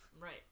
right